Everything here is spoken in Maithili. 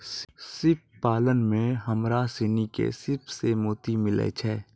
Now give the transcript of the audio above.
सिप पालन में हमरा सिनी के सिप सें मोती मिलय छै